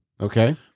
Okay